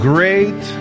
Great